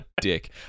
dick